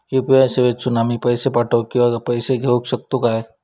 UPI सेवेतून आम्ही पैसे पाठव किंवा पैसे घेऊ शकतू काय?